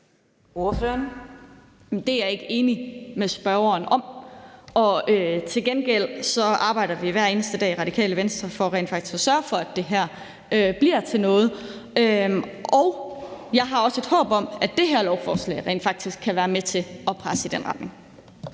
Det er jeg ikke enig med spørgeren om. Til gengæld arbejder vi hver eneste dag i Radikale Venstre for rent faktisk at sørge for, at det her bliver til noget. Jeg har også et håb om, det her lovforslag rent faktisk kan være med til at presse i den retning.